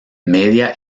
media